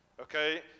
Okay